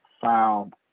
Found